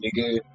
nigga